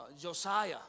Josiah